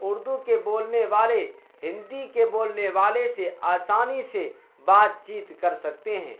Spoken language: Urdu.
اردو کے بولنے والے ہندی کے بولنے والے سے آسانی سے بات چیت کر سکتے ہیں